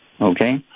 okay